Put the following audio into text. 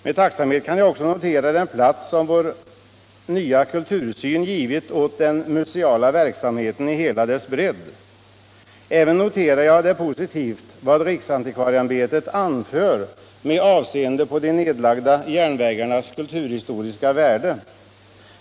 Med tacksamhet kan jag också notera den plats som vår nya kultursyn givit åt den museala verksamheten i hela dess bredd. Även vad riksantikvarieämbetet anför med avseende på de nedlagda järnvägarnas kulturhistoriska värde noterar jag som positivt.